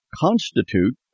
constitute